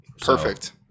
Perfect